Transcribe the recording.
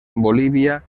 bolivia